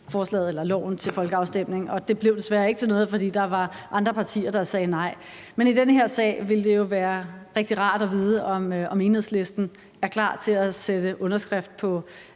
at sende den lov til folkeafstemning. Det blev desværre ikke til noget, fordi der var andre partier, der sagde nej. Men i den her sag ville det jo være rigtig rart at vide, om Enhedslisten er klar til at sætte en underskrift på